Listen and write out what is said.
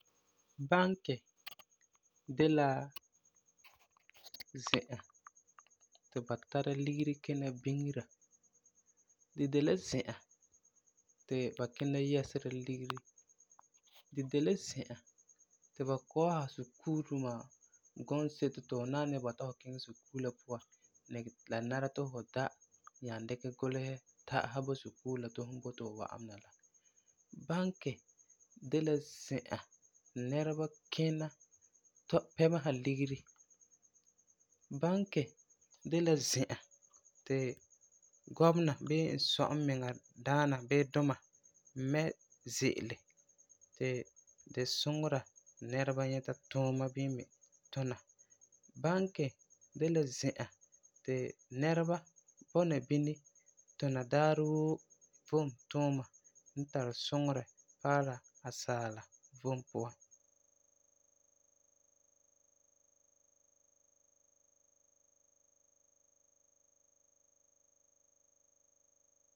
Banki de la zi'an ti ba tara ligeri kina biŋera. Di de la zi'an ti ba kina yɛsera ligeri. Di de la zi'an ti ba kɔɔsera sukuu duma gɔnseto ti fu nan ni bɔta fu kiŋɛ sukuu la puan ni, la nara tu fu da nyaa dikɛ gulesɛ, ta'asɛ bo sukuu la ti fum boti fu wa'am mɛ na la. Banki de la zi'an ti nɛreba kina tɔ, pɛmesera ligeri. Banki de la zi'an ti gɔmena bii n sɔi n miŋa daana bii duma mɛ ze'ele ti di suŋera ti nɛreba nyɛta tuuma bini me tuna. Banki de la zi'an ti nɛreba bɔna bini tuna daarɛ woo vom tuuma n tari suŋerɛ paara asaala vom puan.